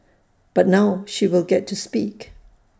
but now she will get to speak